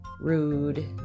rude